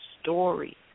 story